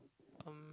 um